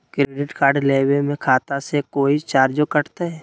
Credit card लेवे में खाता से कोई चार्जो कटतई?